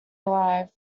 alive